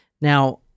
Now-